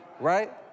Right